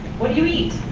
what do you eat?